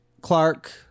Clark